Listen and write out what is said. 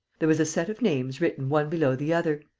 there was a set of names written one below the other,